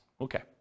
Okay